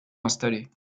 installées